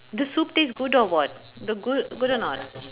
the soup taste good or what the goo~ good or not